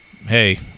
Hey